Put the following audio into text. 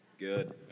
Good